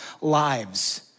lives